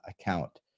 account